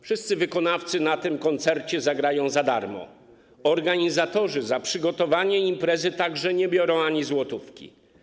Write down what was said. Wszyscy wykonawcy na tym koncercie zagrają za darmo, organizatorzy za przygotowanie imprezy także nie biorą ani złotówki.